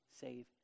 save